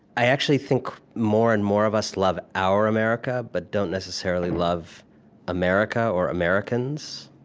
i actually think more and more of us love our america, but don't necessarily love america or americans.